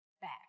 back